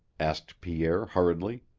asked pierre hurriedly.